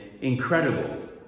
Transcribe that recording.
incredible